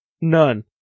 none